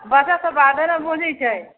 बच्चा सब बाते ने बुझै छै